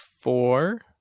four